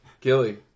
Gilly